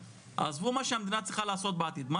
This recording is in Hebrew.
עזבו מה שהמדינה יכולה לעשות בעתיד מה